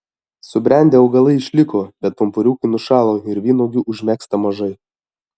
subrendę augalai išliko bet pumpuriukai nušalo ir vynuogių užmegzta mažai